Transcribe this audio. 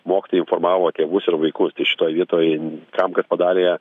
mokytojai informavo tėvus ir vaikus tai šitoj vietoj kam kas padarė